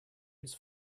its